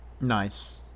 Nice